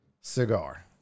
cigar